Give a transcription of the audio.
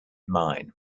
mine